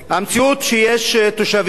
המציאות שיש אזרחים